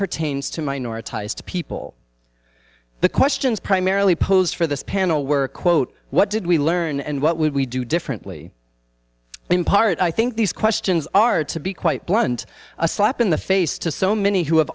pertains to minorities to people the questions primarily posed for this panel were quote what did we learn and what would we do differently in part i think these questions are to be quite blunt a slap in the face to so many who have